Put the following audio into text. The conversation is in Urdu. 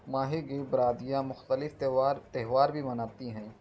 ماہی گیر برادریاں مختلف تہوار تہوار بھی مناتی ہیں